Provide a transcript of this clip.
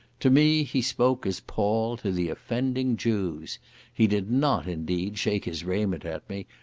to me he spoke as paul to the offending jews he did not, indeed, shake his raiment at me,